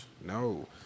No